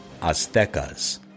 Aztecas